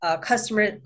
customer